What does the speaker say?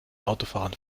autofahrern